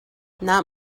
not